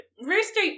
Rooster